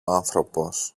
άνθρωπος